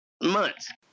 months